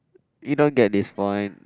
you don't get this point